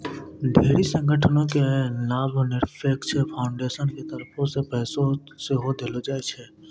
ढेरी संगठनो के लाभनिरपेक्ष फाउन्डेसन के तरफो से पैसा सेहो देलो जाय छै